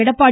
Edappadi